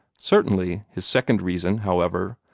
certainly his second reason, however,